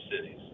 cities